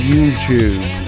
YouTube